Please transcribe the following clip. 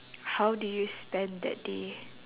how do you spend that day